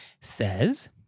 says